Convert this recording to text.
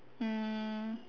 um